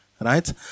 Right